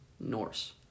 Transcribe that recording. Norse